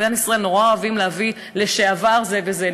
במדינת ישראל נורא אוהבים להביא את לשעבר זה וזה,